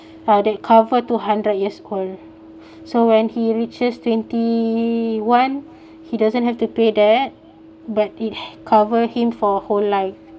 uh they cover two hundred years old so when he reaches twenty one he doesn't have to pay that but it cover him for whole life